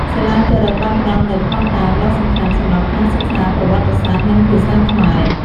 សិលាចារឹកបានផ្ដល់នូវភស្តុតាងដ៏សំខាន់សម្រាប់ការសិក្សាប្រវត្តិសាស្ត្រ និងភាសាខ្មែរ។